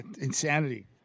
insanity